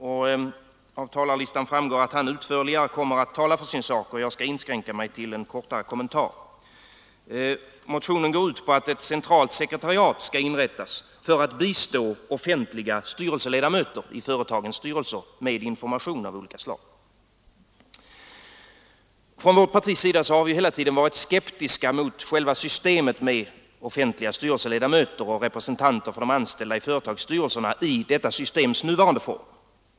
Av talarlistan framgår att han utförligare kommer att tala för sin sak, och jag skall inskränka mig till en kort kommentar. Motionen går ut på att ett centralt sekretariat inrättas för att bistå offentliga styrelseledamöter i företagens styrelser med information av olika slag. Från vårt partis sida har vi hela tiden varit skeptiska mot systemet med offentliga styrelseledamöter och representanter för de anställda i företagsstyrelserna i detta systems nuvarande form.